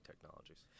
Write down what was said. technologies